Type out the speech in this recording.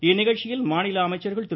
இந்நிகழ்ச்சியில் மாநில அமைச்சர்கள் திரு